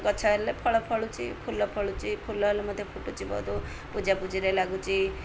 ଗଛ ହେଲେ ଫଳ ଫଳୁଛି ଫୁଲ ଫଳୁଛି ଫୁଲ ହେଲେ ମତେ ଫୁଟୁଛି ବହୁତ ପୂଜାପୂଜିରେ ଲାଗୁଛି